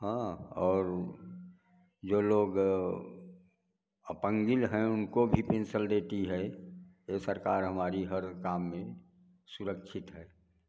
हाँ और जो लोग अपंगिल हैं उनको भी पेंसल देती है यह सरकार हमारी हर काम में सुरक्षित है